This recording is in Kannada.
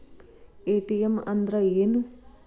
ಎ.ಟಿ.ಎಂ ಅಂದ್ರ ಏನು?